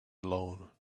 alone